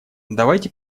давайте